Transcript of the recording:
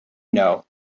know